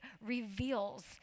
reveals